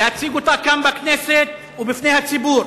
להציג אותה כאן בכנסת ובפני הציבור,